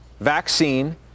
vaccine